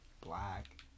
black